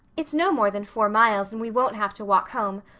it's no more than four miles and we won't have to walk home,